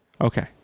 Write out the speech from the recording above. Okay